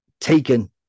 taken